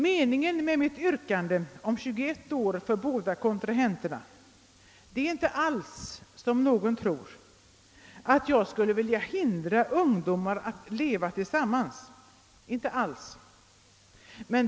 Meningen med mitt yrkande om 21 år som äktenskapsålder för båda kontrahenterna är inte alls, som någon kanske tror, att jag skulle vilja hindra ungdomar att leva tillsammans.